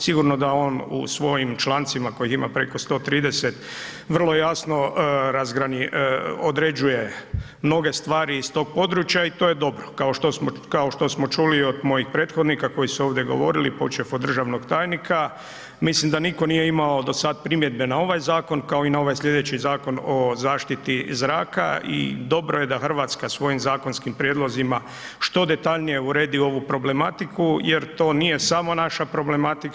Sigurno da on u svojim člancima kojih ima preko 130 vrlo jasno određuje mnoge stvari iz tog područja i to je dobro, kao što smo čuli i od mojih prethodnika koji su ovdje govorili, počev od državnog tajnika, mislim da nitko nije imao do sad primjedbe na ovaj zakon, kao i na ovaj slijedeći Zakon o zaštiti zraka i dobro je da RH svojim zakonskim prijedlozima što detaljnije uredi ovu problematiku jer to nije samo naša problematika.